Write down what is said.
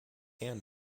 and